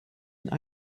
and